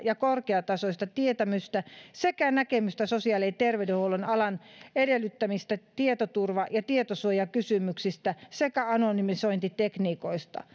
ja korkeatasoista tietämystä sekä näkemystä sosiaali ja terveydenhuollon alan edellyttämistä tietoturva ja tietosuojakysymyksistä sekä anonymisointitekniikoista